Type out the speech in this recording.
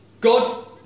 God